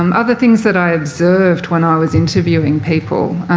um other things that i observed when i was interviewing people,